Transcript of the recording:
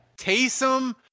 Taysom